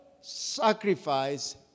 sacrifice